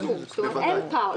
זאת אומרת, לא נוצר פער.